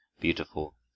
beautiful